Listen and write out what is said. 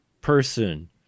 person